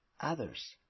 others